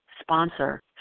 sponsor